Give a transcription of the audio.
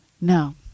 no